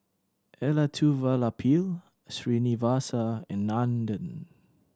Elattuvalapil Srinivasa and Nandan